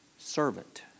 Servant